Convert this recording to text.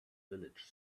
village